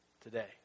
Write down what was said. today